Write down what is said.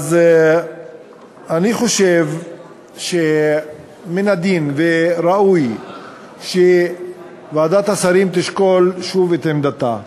אני חושב שמן הדין וראוי שוועדת השרים תשקול שוב את עמדתה,